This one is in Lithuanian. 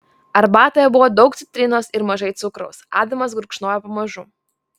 arbatoje buvo daug citrinos ir mažai cukraus adamas gurkšnojo pamažu